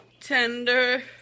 tender